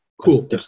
Cool